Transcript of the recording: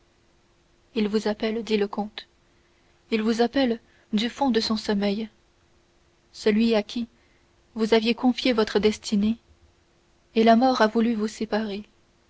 il vous appelle dit le comte il vous appelle du fond de son sommeil celui à qui vous aviez confié votre destinée et la mort a voulu vous séparer